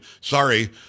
Sorry